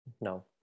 No